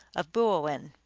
of boo-oin.